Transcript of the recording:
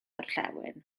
orllewin